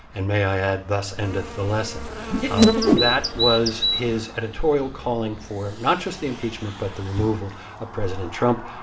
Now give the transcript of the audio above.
and may i add, thus endeth of the lesson that was his editorial calling for not just the impeachment, but the removal of president trump.